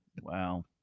wow